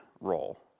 role